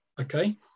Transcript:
Okay